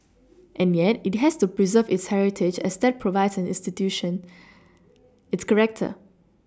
and yet it has to pReserve its heritage as that provides an institution its character